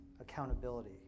accountability